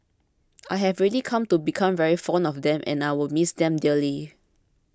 I've really come to become very fond of them and I will miss them dearly